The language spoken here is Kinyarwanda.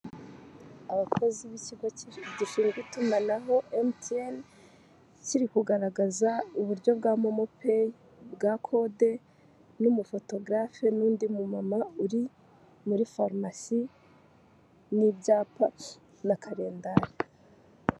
Abakozi b'ikigo gishinzwe itumanaho mtn kiri kugaragaza uburyo bwa momopeyi, bwa kode n'umuphotographe n'undi mu mumama uri muri farumasi n'ibyapa na kalendari.